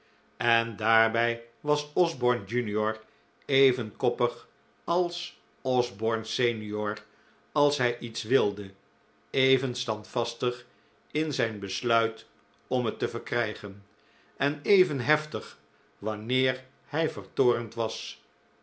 en daarbij was osborne jr even koppig als osborne sr als hij iets wilde even standvastig in zijn besluit om het te verkrijgen en even heftig wanneer hij vertoornd was